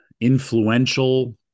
influential